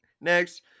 next